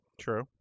True